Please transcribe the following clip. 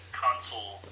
console